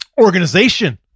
Organization